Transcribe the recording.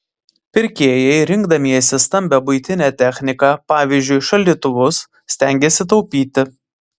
pirkėjai rinkdamiesi stambią buitinę techniką pavyzdžiui šaldytuvus stengiasi taupyti